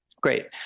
Great